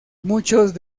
muchos